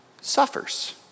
suffers